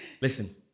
Listen